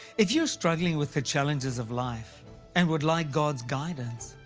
if you're struggling with the challenges of life and would like god's guidance,